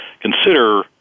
consider